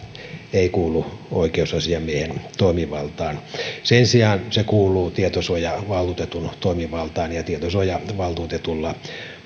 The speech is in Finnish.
ei kuulu oikeusasiamiehen toimivaltaan sen sijaan se kuuluu tietosuojavaltuutetun toimivaltaan ja tietosuojavaltuutetulla